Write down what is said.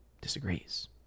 disagrees